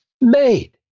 made